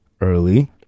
early